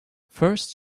first